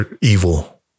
evil